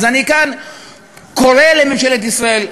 אז אני כאן קורא לממשלת ישראל,